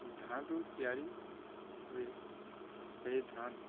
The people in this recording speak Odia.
ଧାନରୁ ତିଆରି ହୁଏ ସେହି ଧାନ